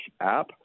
app